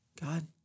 God